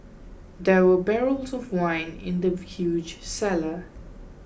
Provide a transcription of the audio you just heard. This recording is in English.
there were barrels of wine in the huge cellar